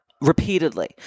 repeatedly